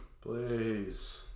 Please